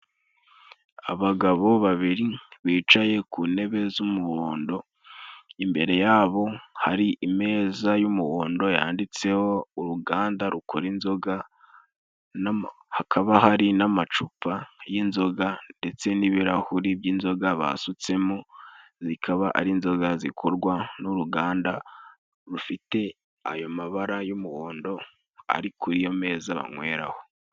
Abagabo babiri bicaye ku ntebe z'umuhondo, imbere yabo hari imeza y'umuhondo yanditseho uruganda rukora inzoga, hakaba hari n'amacupa y'inzoga ndetse n'ibirahuri by'inzoga basutsemo, zikaba ari inzoga zikorwa n'uruganda rufite ayo mabara y'umuhondo ari kuri iyo meza banyweraho.